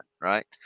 Right